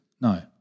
No